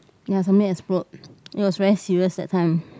ya something explode it was very serious that time